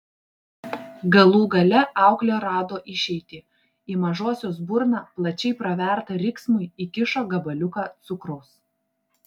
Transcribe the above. galų gale auklė rado išeitį į mažosios burną plačiai pravertą riksmui įkišo gabaliuką cukraus